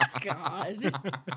God